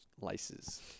laces